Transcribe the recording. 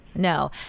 No